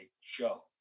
show